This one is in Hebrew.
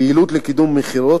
פעילות לקידום מכירות,